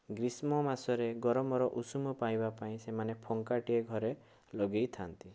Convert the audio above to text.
ଗ୍ରୀଷ୍ମ ମାସରେ ଗରମର ଉଷୁମ ପାଇବା ପାଇଁ ସେମାନେ ପଙ୍ଖାଟିଏ ଘରେ ଲଗେଇଥାନ୍ତି